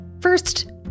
First